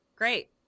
Great